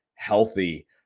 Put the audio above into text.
healthy